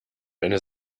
eine